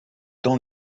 dans